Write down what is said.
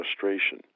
frustration